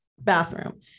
bathroom